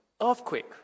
earthquake